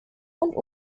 und